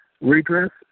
redress